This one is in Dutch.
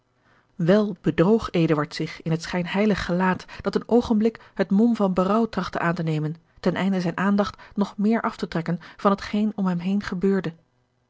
bedroog eduard zich in het schijnheilig gelaat dat een oogenblik het mom van berouw trachtte aan te nemen ten einde zijne aandacht nog meer af te trekken van hetgeen om hem heen gebeurde